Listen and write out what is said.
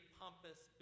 pompous